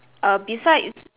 err besides